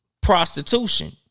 prostitution